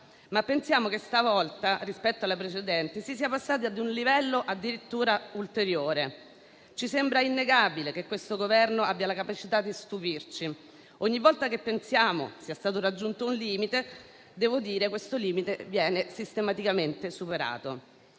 ma pensiamo che stavolta, rispetto alla precedente, si sia passati ad un livello addirittura ulteriore. Ci sembra innegabile che questo Governo abbia la capacità di stupirci: ogni volta che pensiamo sia stato raggiunto un limite, questo viene sistematicamente superato.